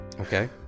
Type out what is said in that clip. Okay